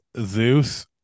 Zeus